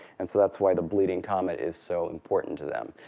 and so that's why the bleeding comet is so important to them.